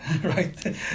right